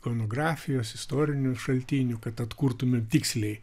ikonografijos istorinių šaltinių kad atkurtumėm tiksliai